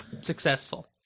successful